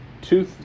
two